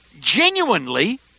genuinely